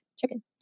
chicken